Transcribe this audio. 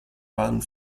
waren